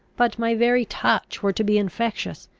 but my very touch were to be infectious,